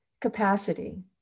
capacity